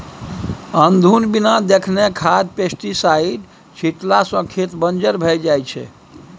अनधुन बिना देखने खाद पेस्टीसाइड छीटला सँ खेत बंजर भए जाइ छै